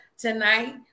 tonight